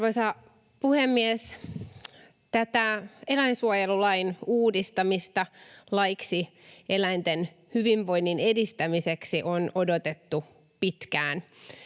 Arvoisa puhemies! Tätä eläinsuojelulain uudistamista laiksi eläinten hyvinvoinnin edistämiseksi on odotettu pitkään.